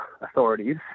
authorities